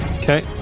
Okay